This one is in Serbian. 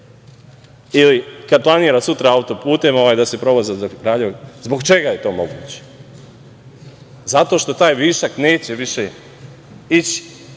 ili kada planira sutra autoputem da se provoza. Zbog čega je to moguće? Zato što taj višak neće više ići